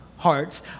Hearts